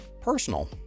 personal